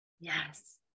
Yes